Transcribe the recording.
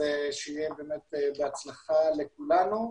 שיהיה בהצלחה לכולנו.